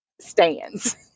stands